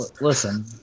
Listen